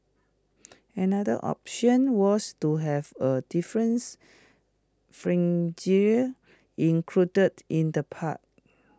another option was to have A difference included in the pack